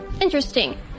interesting